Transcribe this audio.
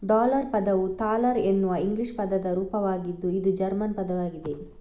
dollar ಪದವು thaler ಅನ್ನುವ English ಪದದ ರೂಪವಾಗಿದ್ದು ಇದು ಜರ್ಮನ್ ಪದವಾಗಿದೆ